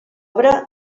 obra